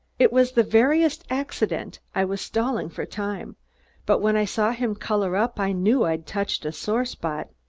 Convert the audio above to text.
it was the veriest accident i was stalling for time but when i saw him color up i knew i'd touched a sore spot.